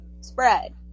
spread